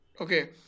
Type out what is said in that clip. Okay